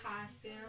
costume